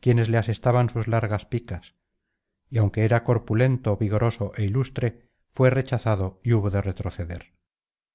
quienes le asestaban sus largas picas y aunque era corpulento vigoroso é ilustre fué rechazado y hubo de retroceder